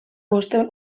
bostehun